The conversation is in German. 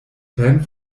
fan